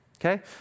Okay